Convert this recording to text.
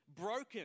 broken